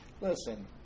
Listen